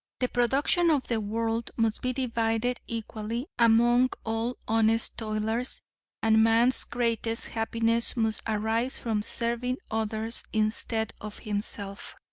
the production of the world must be divided equally among all honest toilers and man's greatest happiness must arise from serving others instead of himself.